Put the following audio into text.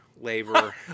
labor